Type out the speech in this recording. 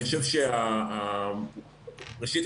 ראשית,